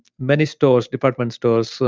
many stores, department stores, so